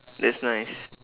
that's nice